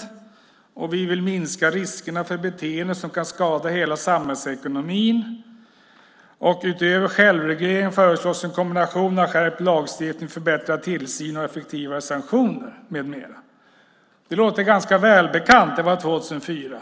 Vidare sade han: Vi vill minska riskerna för beteenden som kan skada hela samhällsekonomin. Utöver självreglering föreslås en kombination av skärpt lagstiftning, förbättrad tillsyn och effektivare sanktioner med mera. Det låter ganska välbekant; det var 2004.